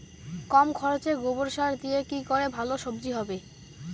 কম খরচে গোবর সার দিয়ে কি করে ভালো সবজি হবে?